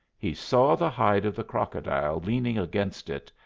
he saw the hide of the crocodile leaning against it,